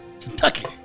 Kentucky